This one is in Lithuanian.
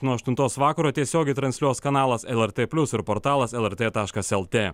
nuo aštuntos vakaro tiesiogiai transliuos kanalas lrt plius ir portalas lrt taškas lt